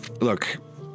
Look